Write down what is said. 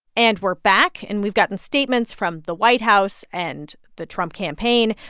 and we're back. and we've gotten statements from the white house and the trump campaign.